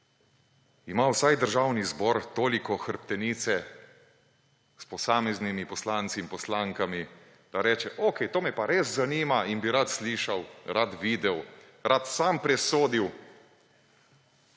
ima vsaj državni zbor toliko hrbtenice s posameznimi poslanci in poslankami, da reče, okej, to me pa res zanima in bi rad slišal, rad videl, rad sam presodil,